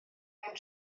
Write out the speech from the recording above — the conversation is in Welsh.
angen